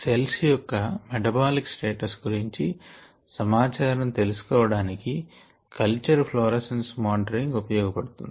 cells యొక్క metabolic status గురించి సమాచారం తెలుసు కోవడానికి కల్చర్ ఫ్లోరసెన్స్ మానిటరింగ్ ఉపయోగ పడుతుంది